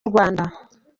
rwanda